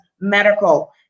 medical